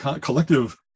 collective